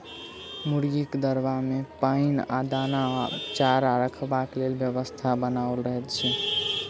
मुर्गीक दरबा मे पाइन आ दाना वा चारा रखबाक लेल व्यवस्था बनाओल रहैत छै